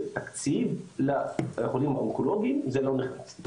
תקציב לחולים האונקולוגיים זה לא נכנס.